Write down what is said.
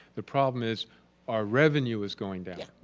the problem is our revenue is going down.